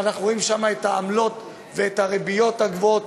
ואנחנו רואים שם את העמלות ואת הריביות הגבוהות,